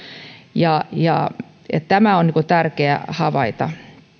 tämä on tärkeä havaita